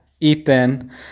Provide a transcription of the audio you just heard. Ethan